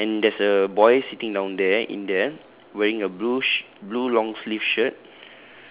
ya and there's a boy sitting down there in there wearing a blue sh~ blue long sleeve shirt